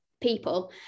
people